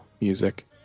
music